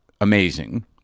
amazing